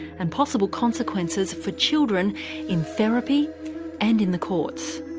and possible consequences for children in therapy and in the courts.